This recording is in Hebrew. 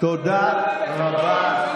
תודה רבה.